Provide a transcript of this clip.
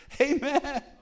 Amen